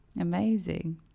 Amazing